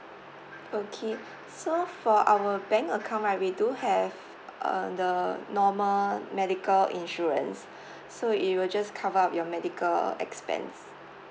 okay so for our bank account right we do have uh the normal medical insurance so it will just cover up your medical expense